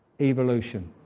evolution